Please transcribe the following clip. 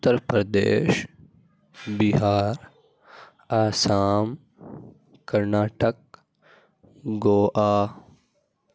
Uttar Pradesh Bihar Assam Karnataka Goa